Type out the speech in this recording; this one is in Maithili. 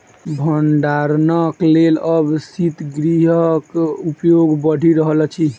भंडारणक लेल आब शीतगृहक उपयोग बढ़ि रहल अछि